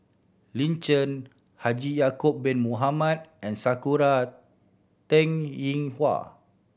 Lin Chen Haji Ya'acob Bin Mohamed and Sakura Teng Ying Hua